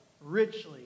richly